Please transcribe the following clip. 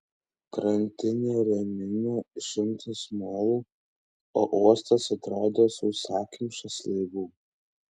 krantinę rėmino šimtas molų o uostas atrodė sausakimšas laivų